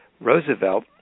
Roosevelt